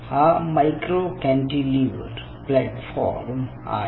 हा micro cantilever platform आहे